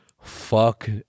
Fuck